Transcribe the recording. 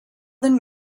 then